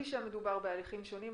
שמדובר בהליכים שונים,